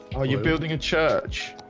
are you building a church?